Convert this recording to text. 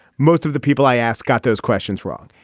most of the people i ask got those questions wrong.